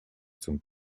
zum